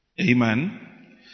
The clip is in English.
Amen